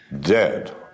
Dead